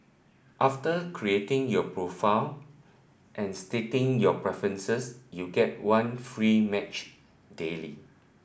after creating your profile and stating your preferences you get one free match daily